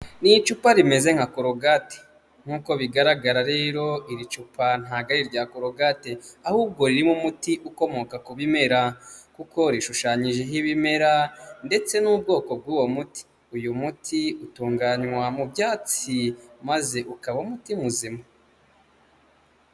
Ni icupa rimeze nka Korogati nk'uko bigaragara rero iri cupa ntago ari irya korogate, ahubwo ririmo umuti ukomoka ku bimera kuko rishushanyijeho ibimera ndetse n'ubwoko bw'uwo muti, uyu muti utunganywa mu byatsi maze ukabamo umutima muzima.